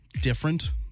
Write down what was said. different